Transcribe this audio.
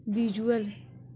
visual